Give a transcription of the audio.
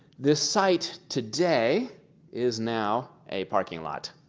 this site today is now a parking lot.